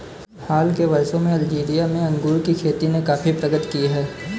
हाल के वर्षों में अल्जीरिया में अंगूर की खेती ने काफी प्रगति की है